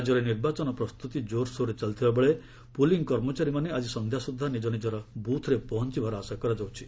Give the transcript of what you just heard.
ରାଜ୍ୟରେ ନିର୍ବାଚନ ପ୍ରସ୍ତୁତି କୋର୍ସୋର୍ରେ ଚାଲିଥିବାବେଳେ ପୁଲିଂ କର୍ମଚାରୀମାନେ ଆଜି ସନ୍ଧ୍ୟାସୁଦ୍ଧା ନିଜ ନିଜର ବୁଥ୍ରେ ପହଞ୍ଚବାର ଆଶା କରାଯାଉଛି